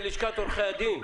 כלשכת עורכי הדין,